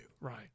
Right